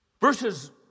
Verses